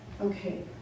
Okay